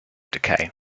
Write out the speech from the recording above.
decay